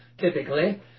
Typically